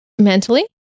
Mentally